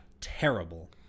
Terrible